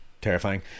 terrifying